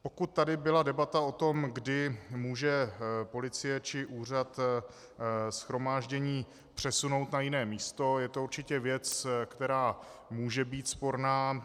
Pokud tady byla debata o tom, kdy může policie či úřad shromáždění přesunout na jiné místo, je to určitě věc, která může být sporná.